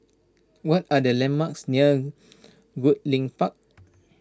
what are the landmarks near Goodlink Park